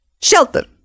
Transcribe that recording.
shelter